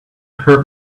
hurt